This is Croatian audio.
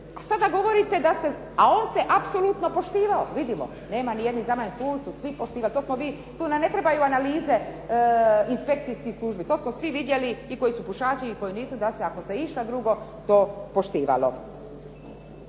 a sada govorite da ste, a on se apsolutno poštivao. Vidimo nema ni …/Govornica se ne razumije./… Tu nam ne trebaju analize inspekcijskih službi. To smo svi vidjeli i koji su pušači i koji nisu da se ako se išta drugo to poštivalo.